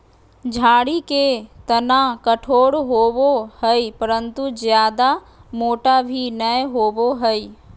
झाड़ी के तना कठोर होबो हइ परंतु जयादा मोटा भी नैय होबो हइ